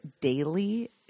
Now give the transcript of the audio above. daily